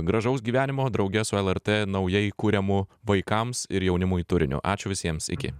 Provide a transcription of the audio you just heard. gražaus gyvenimo drauge su lrt naujai kuriamu vaikams ir jaunimui turiniu ačiū visiems iki